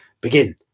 begin